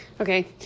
Okay